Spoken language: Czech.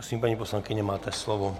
Prosím, paní poslankyně, máte slovo.